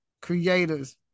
creators